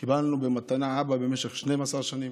וקיבלנו במתנה אבא במשך 12 שנים.